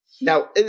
Now